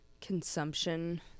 consumption